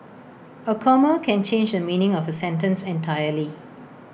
A comma can change the meaning of A sentence entirely